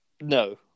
No